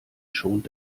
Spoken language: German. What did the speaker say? schont